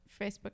Facebook